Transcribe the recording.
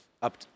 up